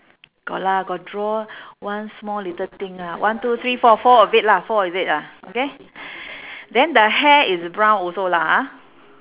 got lah got draw one small little thing ah one two three four four of it lah four of it lah okay then the hair is brown also lah ah